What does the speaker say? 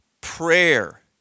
prayer